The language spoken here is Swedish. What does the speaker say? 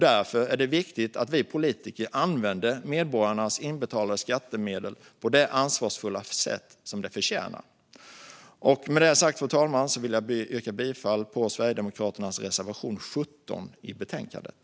Därför är det än viktigt att vi politiker använder medborgarnas inbetalade skattemedel på det ansvarsfulla sätt som de förtjänar. Med det sagt, fru talman, vill jag yrka bifall till Sverigedemokraternas reservation 17 i betänkandet.